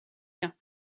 quint